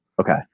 okay